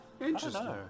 Interesting